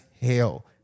hell